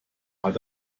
hat